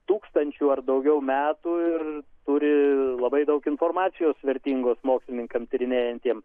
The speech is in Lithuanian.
tūkstančių ar daugiau metų ir turi labai daug informacijos vertingos mokslininkams tyrinėjantiems